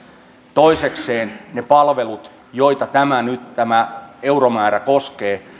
toisekseen ne palvelut joita nyt tämä euromäärä koskee